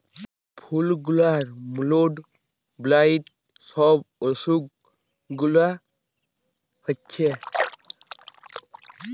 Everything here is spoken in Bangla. ফুল গুলার মোল্ড, ব্লাইট সব অসুখ গুলা হচ্ছে